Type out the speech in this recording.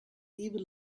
evil